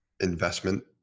investment